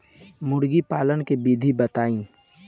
मुर्गी पालन के विधि बताई?